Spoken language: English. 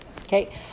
Okay